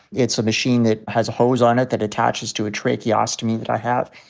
it's a machine that has a hose on it that attaches to a tracheostomy that i have.